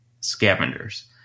scavengers